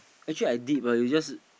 actually I dip ah you just